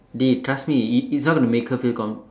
dey trust me he's not gonna make her feel com~